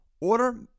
Order